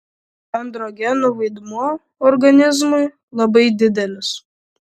androgenų vaidmuo organizmui labai didelis